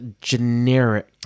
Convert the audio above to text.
generic